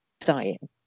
dying